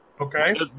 Okay